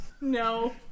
No